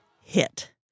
hit